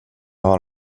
har